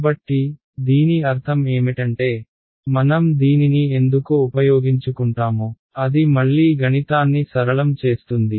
కాబట్టి దీని అర్థం ఏమిటంటే మనం దీనిని ఎందుకు ఉపయోగించుకుంటామో అది మళ్లీ గణితాన్ని సరళం చేస్తుంది